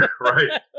Right